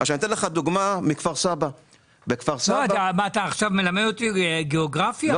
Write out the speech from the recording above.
אני אתן לך דוגמה מכפר סבא --- אתה מלמד אותי עכשיו גאוגרפיה?